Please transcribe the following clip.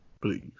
Please